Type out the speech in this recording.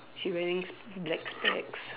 she's wearing s~ black specs